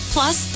Plus